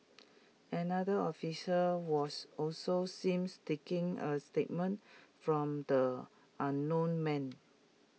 another officer was also seems taking A statement from the unknown man